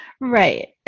Right